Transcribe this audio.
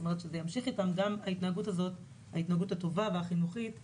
כלומר שההתנהגות הזאת, הטובה והחינוכית והערכית,